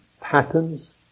patterns